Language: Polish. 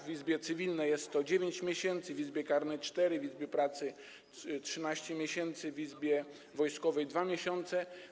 W Izbie Cywilnej jest to 9 miesięcy, w Izbie Karnej - 4 miesiące, w izbie pracy - 13 miesięcy, w Izbie Wojskowej - 2 miesiące.